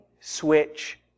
switch